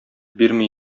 бирми